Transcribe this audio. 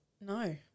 No